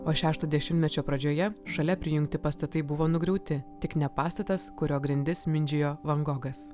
o šešto dešimtmečio pradžioje šalia prijungti pastatai buvo nugriauti tik ne pastatas kurio grindis mindžiojo van gogas